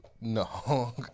No